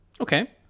Okay